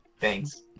Thanks